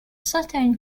southern